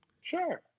Sure